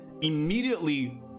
immediately